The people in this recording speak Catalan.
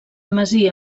masia